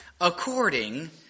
according